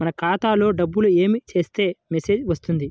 మన ఖాతాలో డబ్బులు ఏమి చేస్తే మెసేజ్ వస్తుంది?